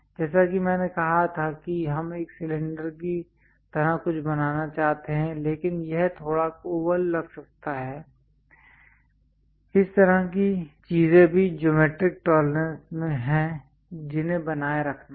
जैसा कि मैंने कहा था कि हम एक सिलेंडर की तरह कुछ बनाना चाहते हैं लेकिन यह थोड़ा ओवल लग सकता है इस तरह की चीजें भी ज्योमैट्रिक टॉलरेंसेस हैं जिन्हें बनाए रखना है